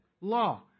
law